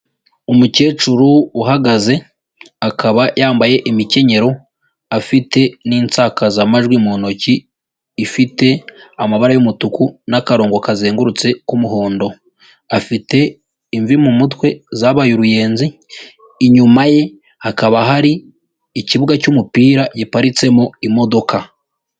Umukecuru uhagaze, akaba yambaye imikenyero, afite n'insakazamajwi mu ntoki, ifite amabara y'umutuku n'akarongo kazengurutse k'umuhondo. afite imvi mu mutwe, zabaye uruyenzi, inyuma ye, hakaba hari ikibuga cy'umupira giparitsemo imodoka.